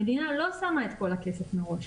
המדינה לא שמה את כל הכסף מראש,